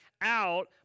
out